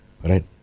Right